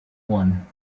one